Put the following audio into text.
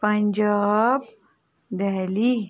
Punjab Delhi